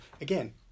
again